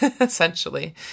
essentially